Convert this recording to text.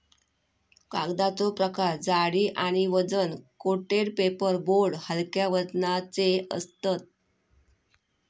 कागदाचो प्रकार जाडी आणि वजन कोटेड पेपर बोर्ड हलक्या वजनाचे असतत